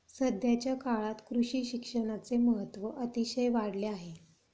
सध्याच्या काळात कृषी शिक्षणाचे महत्त्व अतिशय वाढले आहे